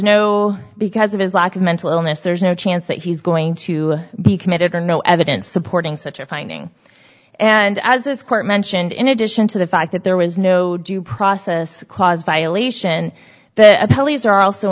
no because of his lack of mental illness there's no chance that he's going to be committed or no evidence supporting such a finding and as this court mentioned in addition to the fact that there was no due process clause violation that the police are also